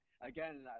again